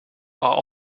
are